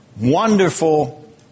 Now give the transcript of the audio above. wonderful